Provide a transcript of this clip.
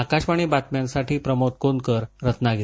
आकाशवाणीच्या बातम्यांसाठी प्रमोद कोनकर रत्नागिरी